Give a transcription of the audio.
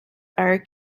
are